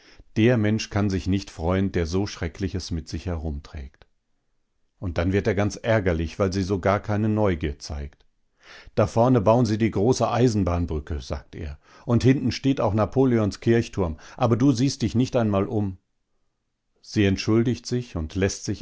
der mensch kann sich nicht freuen der so schreckliches mit sich herumträgt und dann wird er ganz ärgerlich weil sie so gar keine neugier zeigt da vorne bauen sie die große eisenbahnbrücke sagt er und hinten steht auch napoleons kirchturm aber du siehst dich nicht einmal um sie entschuldigt sich und läßt sich